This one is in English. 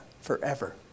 forever